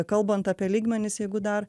kalbant apie lygmenis jeigu dar